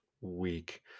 week